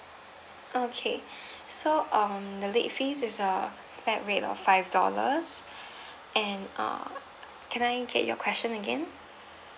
okay so um the late fees is a flat rate of five dollars and uh can I get your question again